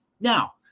Now